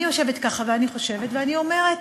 אני יושבת וחושבת, ואני אומרת